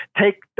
take